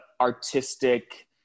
artistic